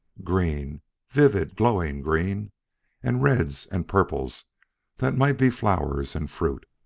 green vivid, glowing green and reds and purples that might be flowers and fruit.